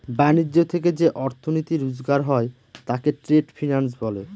ব্যাণিজ্য থেকে যে অর্থনীতি রোজগার হয় তাকে ট্রেড ফিন্যান্স বলে